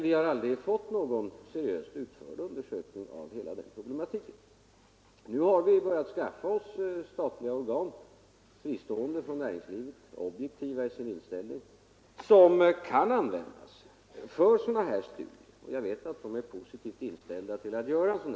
Vi har aldrig fått någon seriöst utförd undersökning av hela den problematiken. Nu har vi börjat skaffa oss statliga organ — fristående från näringslivet, objektiva i sin inställning — som kan användas för sådana här studier, och jag vet att de i det här fallet är positivt inställda till att göra en studie.